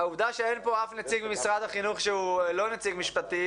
העובדה שאין פה אף נציג ממשרד החינוך שהוא לא נציג משפטי